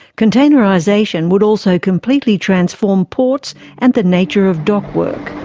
containerisation would also completely transform ports and the nature of dock work.